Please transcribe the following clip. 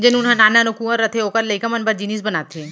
जेन ऊन ह नान नान अउ कुंवर रथे ओकर लइका मन बर जिनिस बनाथे